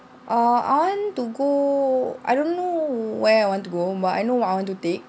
uh I want to go I don't know where I want to go but I know what I want to take